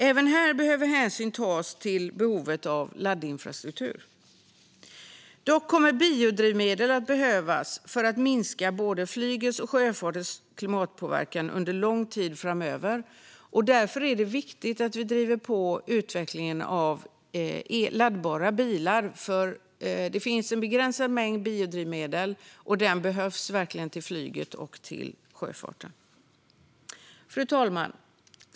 Även här behöver hänsyn tas till behovet av laddinfrastruktur. Dock kommer biodrivmedel att behövas för att minska både flygets och sjöfartens klimatpåverkan under lång tid framöver. Därför är det viktigt att vi driver på utvecklingen av laddbara bilar. Det finns nämligen en begränsad mängd biodrivmedel, och den behövs verkligen till flyget och till sjöfarten. Fru talman!